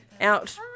Out